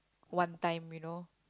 one time you know